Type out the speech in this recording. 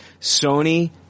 Sony